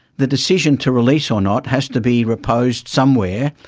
the decision to release ah not has to be reposed somewhere,